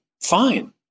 Fine